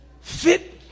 fit